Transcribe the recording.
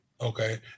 Okay